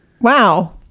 Wow